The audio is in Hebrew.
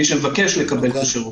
מי שמבקש לקבל את השירות,